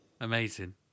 Amazing